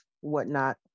whatnot